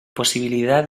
posibilidad